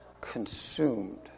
consumed